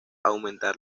aumentar